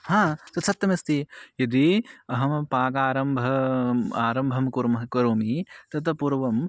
हा तत् सत्यमस्ति यदि अहं पाकारम्भम् आरम्भं कुर्मः करोमि ततः पूर्वं